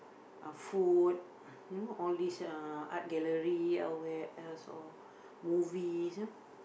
uh food you know all these art gallery where else movies